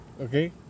Okay